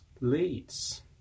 leads